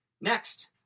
Next